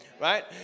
Right